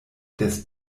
des